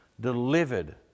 Delivered